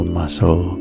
muscle